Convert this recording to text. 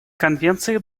конвенции